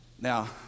Now